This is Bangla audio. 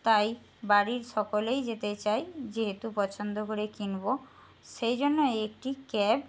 তাই বাড়ির সকলেই যেতে চায় যেহেতু পছন্দ করে কিনবো সেই জন্য একটি ক্যাব